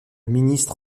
ministre